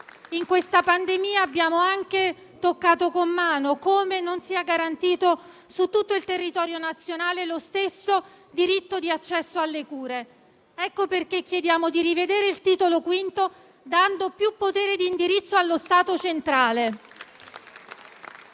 In questa pandemia abbiamo anche toccato con mano come non sia garantito su tutto il territorio nazionale lo stesso diritto di accesso alle cure. Ecco perché chiediamo di rivedere il Titolo V, dando più potere di indirizzo allo Stato centrale.